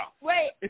Wait